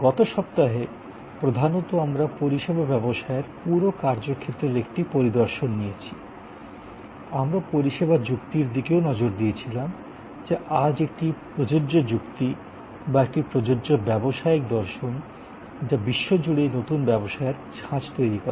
গত সপ্তাহে প্রধানত আমরা পরিষেবা ব্যবসায়ের পুরো কার্যক্ষেত্রের একটি পরিদর্শন নিয়েছি আমরা পরিষেবা যুক্তির দিকেও নজর দিয়েছিলাম যা আজ একটি প্রযোজ্য যুক্তি বা একটি প্রযোজ্য ব্যবসায়িক দর্শন বা বিশ্বজুড়ে নতুন ব্যবসায়ের ছাঁচ তৈরি করে